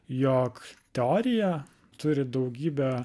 jog teorija turi daugybę